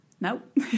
nope